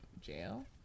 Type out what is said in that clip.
jail